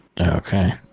Okay